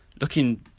looking